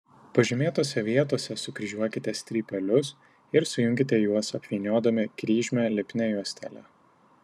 pažymėtose vietose sukryžiuokite strypelius ir sujunkite juos apvyniodami kryžmę lipnia juostele